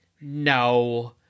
No